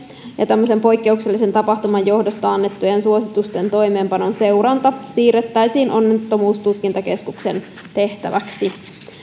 ja tämmöisen poikkeuksellisen tapahtuman johdosta annettujen suositusten toimeenpanon seuranta siirrettäisiin onnettomuustutkintakeskuksen tehtäväksi